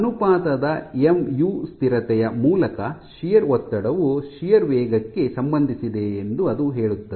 ಅನುಪಾತದ M U ಸ್ಥಿರತೆಯ ಮೂಲಕ ಶಿಯರ್ ಒತ್ತಡವು ಶಿಯರ್ ವೇಗಕ್ಕೆ ಸಂಬಂಧಿಸಿದೆ ಎಂದು ಅದು ಹೇಳುತ್ತದೆ